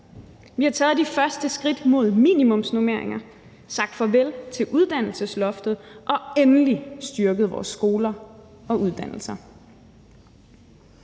Vi har taget de første skridt mod minimumsnormeringer, sagt farvel til uddannelsesloftet og endelig styrket vores skoler og uddannelser.